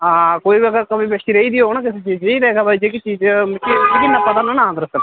हां कोई बी अगर कमी पेशी रेही दी होग ना किसै चीज दी ते खबरै जेह्की चीज मिकी मिकी इन्ना पता निं ना हा दरअसल